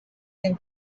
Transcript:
den